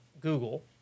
Google